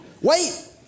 Wait